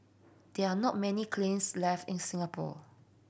there're not many kilns left in Singapore